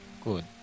good